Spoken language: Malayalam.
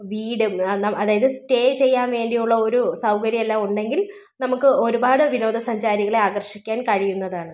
വീടും അതായത് സ്റ്റേ ചെയ്യാൻ വേണ്ടിയുള്ള ഒരു സൗകര്യം എല്ലാം ഉണ്ടെങ്കിൽ നമുക്ക് ഒരുപാട് വിനോദസഞ്ചാരികളെ ആകർഷിക്കാൻ കഴിയുന്നതാണ്